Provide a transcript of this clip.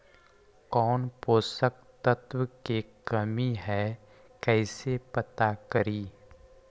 कौन पोषक तत्ब के कमी है कैसे पता करि?